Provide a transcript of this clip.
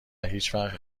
هیچوقت